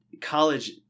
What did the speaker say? college